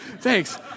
Thanks